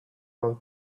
have